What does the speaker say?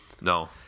no